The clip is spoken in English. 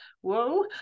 Whoa